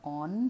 on